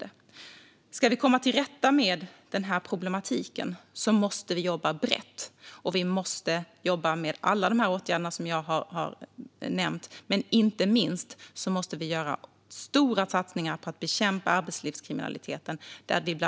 Om vi ska komma till rätta med problemen måste vi jobba brett med alla de åtgärder som jag har nämnt; inte minst måste vi göra stora satsningar på att bekämpa arbetslivskriminaliteten.